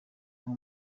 nko